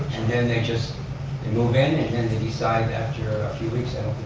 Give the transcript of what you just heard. then they just move in, and and they decide after a few weeks, i